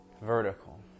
vertical